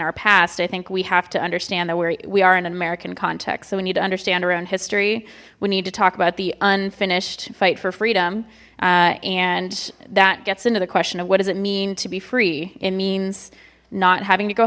our past i think we have to understand where we are in an american context so we need to understand around history we need to talk about the unfinished fight for freedom and that gets into the question of what does it mean to be free it means not having to go